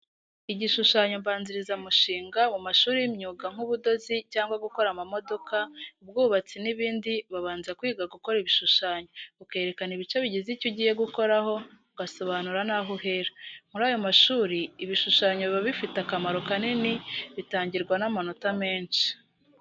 Igishushanyo mbanzirizamushinga, mu mashuri y'imyuga nk'ubudozi cyangwa gukora ama modoka, ubwubatsi n'ibindi babanza kwiga gukora ibishushanyo, ukerekana ibice bigize icyo ugiye gukora ho, ugasobanura n'aho uhera. Muri ayo mashuri ibishushanyo biba bifite akamaro kanini bitangirwa n'amanota menshi.